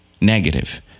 negative